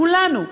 כולנו,